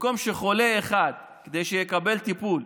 במקום שחולה אחד, כדי שיקבל טיפול,